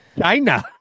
China